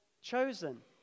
chosen